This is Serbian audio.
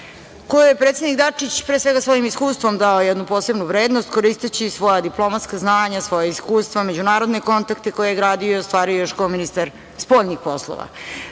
kojoj je predsednik Dačić pre svega svojim iskustvom dao jednu posebnu vrednost, koristeći svoja diplomatska znanja, svoja iskustva, međunarodne kontakte koje je gradio i ostvario još kao ministar spoljnih poslova.